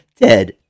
dead